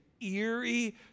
eerie